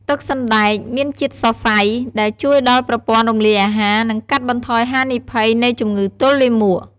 ទឹកសណ្តែកមានជាតិសរសៃ ដែលជួយដល់ប្រព័ន្ធរំលាយអាហារ និងកាត់បន្ថយហានិភ័យនៃជំងឺទល់លាមក។